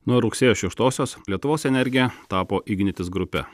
nuo rugsėjo šeštosios lietuvos energija tapo ignitis grupe